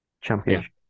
championship